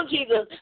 Jesus